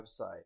website